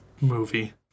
movie